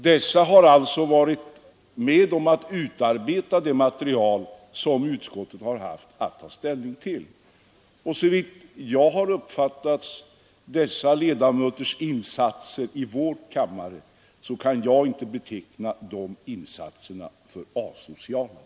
Dessa har alltså varit med om att utarbeta det material som utskottet har haft att ta ställning till. Som jag har uppfattat dessa ledamöters insatser i vår kammare kan jag inte beteckna de insatserna som asociala.